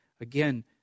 again